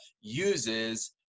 uses